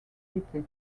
city